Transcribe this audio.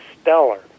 stellar